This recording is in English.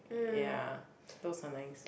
ya those are nice